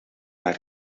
naar